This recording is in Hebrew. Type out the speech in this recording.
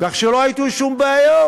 כך שלא היו שום בעיות.